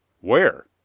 Where